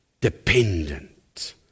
Dependent